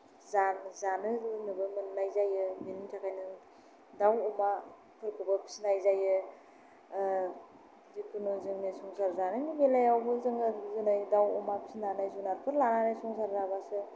जानो लोंनोबो मोननाय जायो बेनि थाखायनो दाउ अमाफोरखौबो फिसिनाय जायो जिखुनु जोंनि संसार जानायनि बेलायावबो जोङो दिनै दाउ अमा फिसिनानै जुनारफोर लानानै संसार जाब्लासो